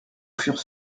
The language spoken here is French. furent